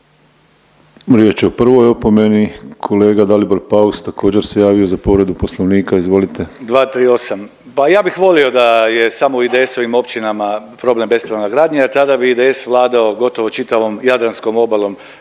riječ je o prvoj opomeni. Kolega Dalibor Paus također se javio za povredu Poslovnika, izvolite. **Paus, Dalibor (IDS)** 238., pa ja bih volio da je samo u IDS-ovim općinama problem bespravna gradnja jer tada bi IDS vladao gotovo čitavom jadranskom obalom